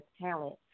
talent